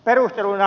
perusteluina